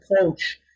approach